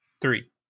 three